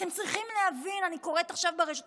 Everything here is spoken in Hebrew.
אתם צריכים להבין, אני קוראת עכשיו ברשתות